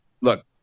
Look